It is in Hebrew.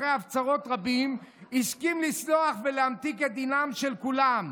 אחרי הפצרות רבות הסכים לסלוח ולהמתיק את דינם של כולם,